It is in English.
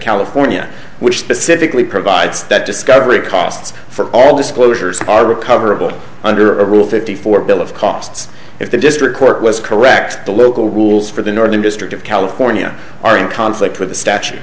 california which specifically provides that discovery costs for all disclosures are recoverable under a rule fifty four bill of costs if the district court was correct the local rules for the northern district of california are in conflict with the statu